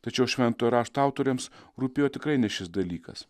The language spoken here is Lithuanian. tačiau švento rašto autoriams rūpėjo tikrai ne šis dalykas